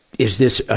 is this a,